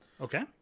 Okay